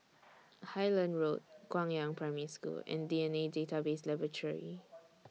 Highland Road Guangyang Primary School and D N A Database Laboratory